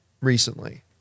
recently